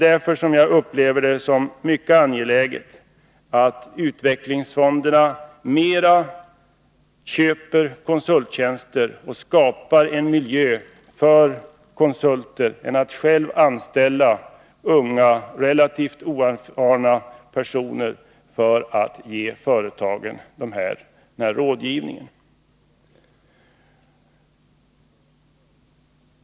Därför upplever jag det såsom mycket angeläget att utvecklingsfonderna mera köper konsulttjänster och skapar en marknad för konsulter än själva anställer unga relativt oerfarna personer för att ge företagen råd.